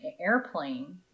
airplane